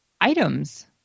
items